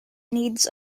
needs